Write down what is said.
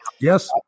Yes